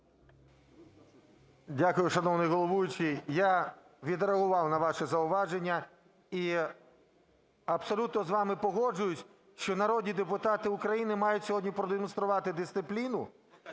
Дякую, шановний головуючий. Я відреагував на ваше зауваження і абсолютно з вами погоджуюсь, що народні депутати України мають сьогодні продемонструвати дисципліну